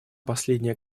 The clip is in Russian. последняя